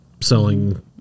selling